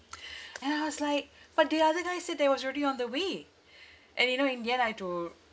and I was like but the other guy said they was already on the way and you know in the end I've to